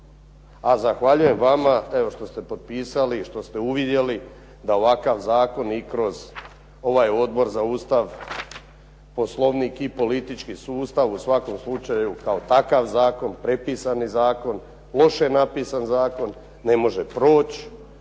A zahvaljujem vama evo što ste potpisali i što ste uvidjeli da ovakav zakon i kroz ovaj Odbor za Ustav, Poslovnik i politički sustav u svakom slučaju kao takav zakon, prepisani zakon, loše napisan zakon ne može proći